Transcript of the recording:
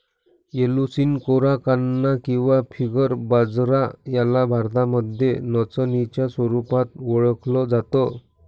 Eleusine कोराकाना किंवा finger बाजरा याला भारतामध्ये नाचणीच्या स्वरूपात ओळखल जात